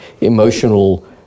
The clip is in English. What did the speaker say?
emotional